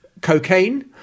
cocaine